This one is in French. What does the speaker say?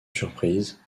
surprise